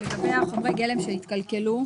לגבי חומרי גלם שהתקלקלו.